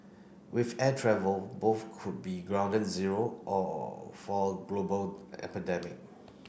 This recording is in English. with air travel both could be grounded zero all for a global epidemic